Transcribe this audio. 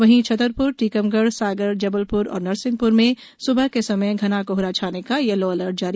वहीं छतरपुर टीकमगढ़ सागर जबलप्र और नरसिंहप्र में स्बह के समय घना कोहना छाने का यलो अलर्ट जारी किया है